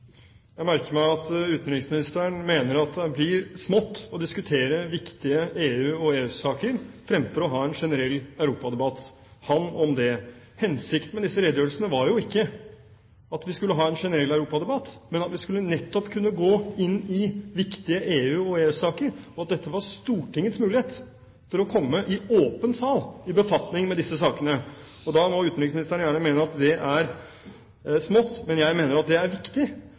Jeg merker meg at utenriksministeren mener at det blir smått å diskutere viktige EU- og EØS-saker fremfor å ha en generell europadebatt. Han om det. Hensikten med disse redegjørelsene var jo ikke at vi skulle ha en generell europadebatt, men at vi nettopp skulle kunne gå inn i viktige EU- og EØS-saker, og at dette var Stortingets mulighet til i åpen sal å komme i befatning med disse sakene. Da må utenriksministeren gjerne mene at det er smått, men jeg mener at det er viktig